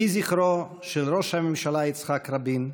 יהי זכרו של ראש הממשלה יצחק רבין,